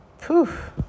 Poof